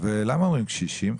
למה אומרים קשישים?